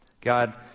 God